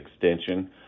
extension